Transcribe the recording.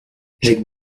jacques